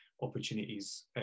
opportunities